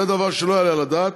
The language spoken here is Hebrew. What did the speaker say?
זה דבר שלא יעלה על הדעת.